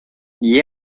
liés